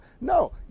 No